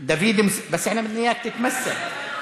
דוד, מוותר.